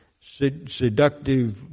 seductive